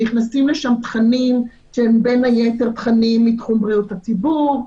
נכנסים לשם תכנים שהם בין היתר תכנים מתחום בריאות הציבור,